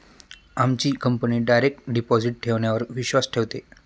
आमची company direct deposit ठेवण्यावर विश्वास ठेवते